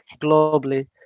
globally